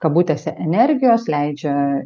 kabutėse energijos leidžia